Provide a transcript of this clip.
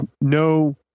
no